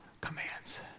commands